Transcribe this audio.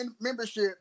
membership